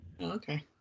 Okay